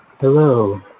hello